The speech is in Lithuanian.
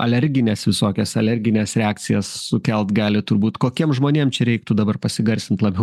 alergines visokias alergines reakcijas sukelt gali turbūt kokiem žmonėm čia reiktų dabar pasigarsint labiau